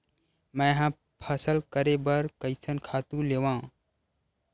मैं ह फसल करे बर कइसन खातु लेवां?